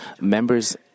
members